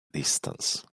distance